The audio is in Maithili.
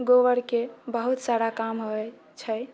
गोबरके बहुत सारा काम होइ छै